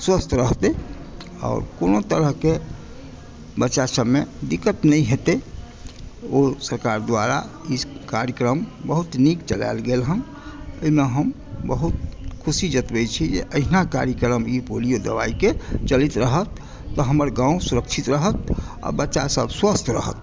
स्वस्थ रहतै और कोनो तरहक के बच्चा सब मे दिक्कत नहि हेतै ओ सरकार द्वारा ई कार्यक्रम बहुत नीक चलायल गेलहन अहि मे हम बहुत ख़ुशी जतबै छी जे अहिना कार्यक्रम ई पोलियो दवाई के चलैत रहत तऽ हमर गाँव सुरक्षित रहत आ बच्चा सब स्वस्थ रहत